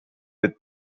with